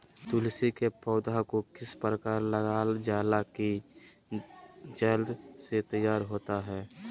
तुलसी के पौधा को किस प्रकार लगालजाला की जल्द से तैयार होता है?